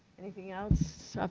anything else?